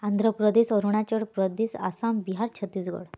Andhra Pradesh Arunachal Pradesh Assam Bihar Chhattisgarh